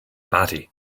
batty